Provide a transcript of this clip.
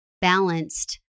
balanced